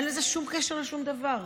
ואין לזה שום קשר לשום דבר,